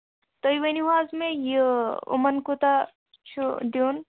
تُہۍ ؤنِو حظ مےٚ یہِ یِمَن کوتاہ چھُ دیُن